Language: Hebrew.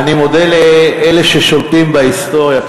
אני מודה לאלה ששולטים בהיסטוריה.